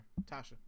Tasha